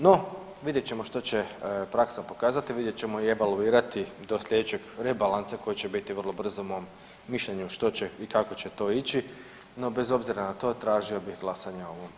No, vidjet ćemo što će praksa pokazati, vidjet ćemo i evaluirati do slijedećeg rebalansa koji će biti vrlo brzo mom mišljenju što će i kako će to ići, no bez obzira na to tražio bih glasanje o ovom amandmanu.